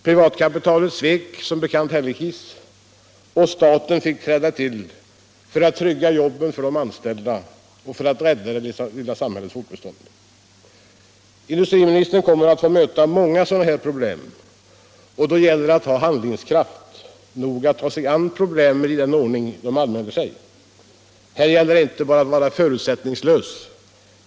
Privatkapitalet svek som bekant Hällekis, och staten fick träda till för att trygga jobben för de anställda och rädda det lilla samhällets fortbestånd. Industriministern kommer att få möta många sådana här problem, och då gäller det att ha handlingskraft nog att ta sig an problemen i den ordning de anmäler sig. Här gäller det inte bara att vara ”förutsättningslös”.